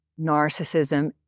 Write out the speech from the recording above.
narcissism